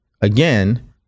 again